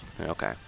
Okay